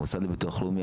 המוסד לביטוח לאומי,